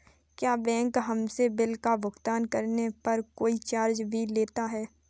क्या बैंक हमसे बिल का भुगतान करने पर कोई चार्ज भी लेता है?